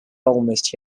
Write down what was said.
almost